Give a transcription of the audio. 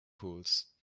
pools